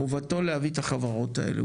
חובתו להביא את החברות האלה.